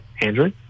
Andrew